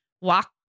walk